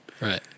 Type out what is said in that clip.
Right